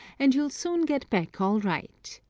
and you'll soon get back all right.